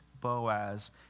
Boaz